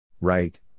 Right